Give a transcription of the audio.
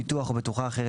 ביטוח או בטוחה אחרת,